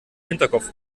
hinterkopf